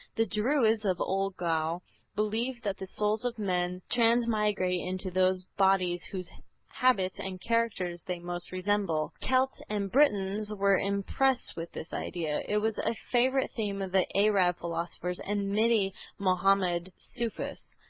the druids of old gaul believed that the souls of men transmigrate into those bodies whose habits and characters they most resemble. celts and britons were impressed with this idea. it was a favorite theme of the arab philosophers and many mahomedan sufis.